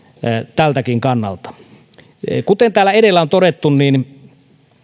tältäkin kannalta kuten täällä edellä on todettu